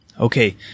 Okay